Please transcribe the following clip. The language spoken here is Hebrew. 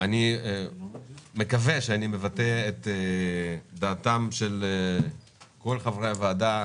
אני מקווה שאני מבטא את דעתם של כל חברי הוועדה,